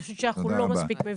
אני חושבת שאנחנו לא מספיק מבינים.